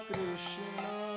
Krishna